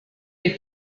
die